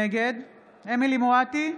נגד אמילי חיה מואטי,